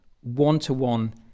one-to-one